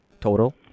total